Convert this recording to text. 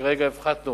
כרגע הפחתנו